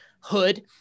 hood